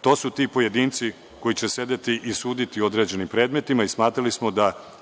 to su ti pojedinci koji će sedeti i suditi o određenim predmetima i smatrali smo da